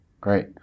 Great